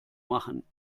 machen